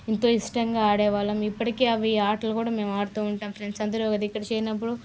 ఎంతో ఇష్టంగా ఆడే వాళ్ళము ఇప్పటికి అవి ఆటలు కూడా మేము ఆడుతూ ఉంటాము ఫ్రెండ్స్ అందరు ఒక దగ్గర చేరినప్పుడు